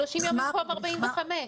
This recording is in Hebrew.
זה 30 יום במקום 45 יום.